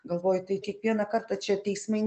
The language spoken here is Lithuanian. galvoji tai kiekvieną kartą čia teismai